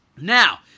Now